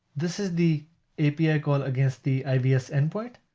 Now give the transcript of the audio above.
this is the api ah call against the ivs endpoint.